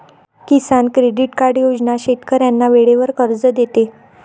किसान credit card योजना शेतकऱ्यांना वेळेवर कर्ज देते